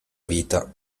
vita